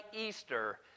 Easter